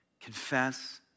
Confess